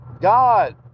God